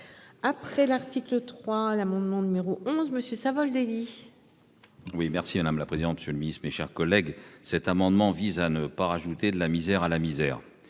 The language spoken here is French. Après l'article 3 l'amendement numéro 11 monsieur Savoldelli. Oui merci madame la présidente. Monsieur le Ministre, mes chers collègues. Cet amendement vise à ne pas rajouter de la misère à la misère.